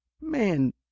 man